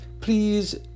please